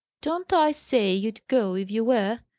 don't i say you'd go, if you were?